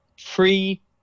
free